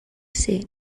ser